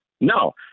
no